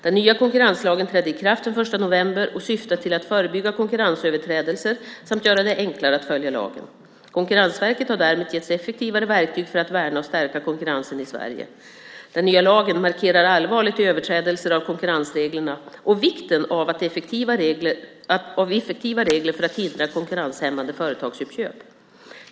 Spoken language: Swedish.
Den nya konkurrenslagen trädde i kraft den 1 november och syftar till att förebygga konkurrensöverträdelser samt att göra det enklare att följa lagen. Konkurrensverket har därmed getts effektivare verktyg för att värna och stärka konkurrensen i Sverige. Den nya lagen markerar allvaret i överträdelser av konkurrensreglerna och vikten av effektiva regler för att hindra konkurrenshämmande företagsuppköp.